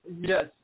yes